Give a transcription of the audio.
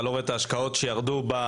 אתה לא רואה את ההשקעות שירדו בסטארט-אפים?